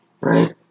right